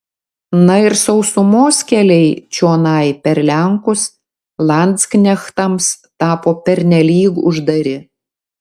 na ir sausumos keliai čionai per lenkus landsknechtams tapo pernelyg uždari